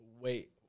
wait